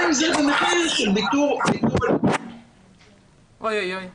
גם אם זה במחיר של ויתור על --- (הזום התנתק).